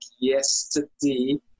yesterday